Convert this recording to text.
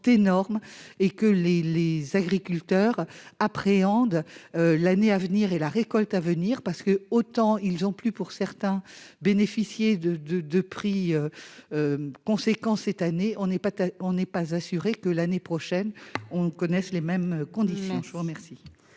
énormes et que les les agriculteurs appréhende l'année à venir et la récolte à venir parce que, autant ils ont plus pour certains bénéficier de de de prix conséquence cette année, on n'est pas on n'est pas assuré que l'année prochaine on ne connaissent les mêmes conditions, je vous remercie.